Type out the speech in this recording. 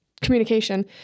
communication